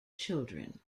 children